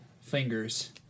fingers